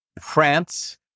France